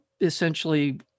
essentially